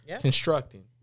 Constructing